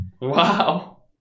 Wow